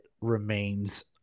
remains